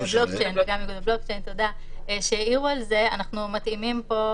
של בלוקצ'יין שהעירו את זה אנחנו לא